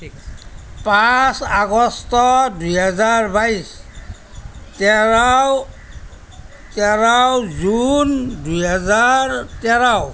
পাঁচ আগষ্ট দুহেজাৰ বাইছ তেৰাও তেৰাও জুন দুহেজাৰ তেৰ